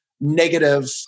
negative